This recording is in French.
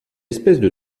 espèce